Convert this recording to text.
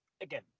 again